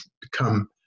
become